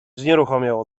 znieruchomiał